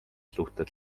suhted